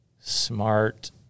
smart